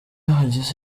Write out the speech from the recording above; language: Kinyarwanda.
hagize